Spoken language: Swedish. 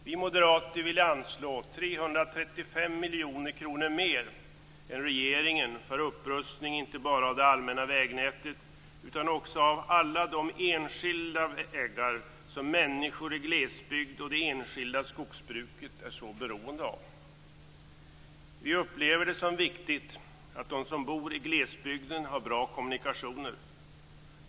Vi moderater vill anslå 335 miljoner kronor mer än regeringen för upprustning inte bara av det allmänna vägnätet utan också av de enskilda vägar som människor i glesbygd och det enskilda skogsbruket är så beroende av. Vi upplever det som viktigt att de som bor i glesbygden har bra kommunikationer.